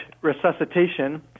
resuscitation